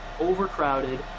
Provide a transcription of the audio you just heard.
overcrowded